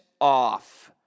off